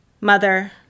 Mother